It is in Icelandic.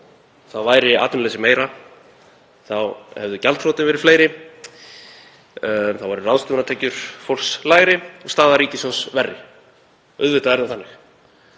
Þá væri atvinnuleysi meira, þá hefðu gjaldþrotin verið fleiri, þá væru ráðstöfunartekjur fólks lægri og staða ríkissjóðs verri. Auðvitað er það þannig.